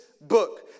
book